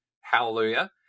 Hallelujah